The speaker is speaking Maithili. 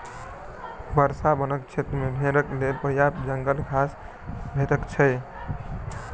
वर्षा वनक क्षेत्र मे भेड़क लेल पर्याप्त जंगल घास भेटैत छै